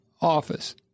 office